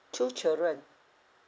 two children